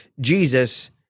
Jesus